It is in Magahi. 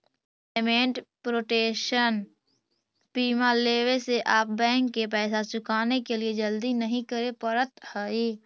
पेमेंट प्रोटेक्शन बीमा लेवे से आप बैंक के पैसा चुकाने के लिए जल्दी नहीं करे पड़त हई